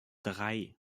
drei